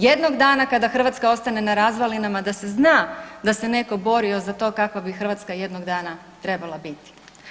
Jednog dana kada Hrvatska ostane na razvalinama da se zna da se netko borio za to kakva bi Hrvatska jednog dana trebala biti.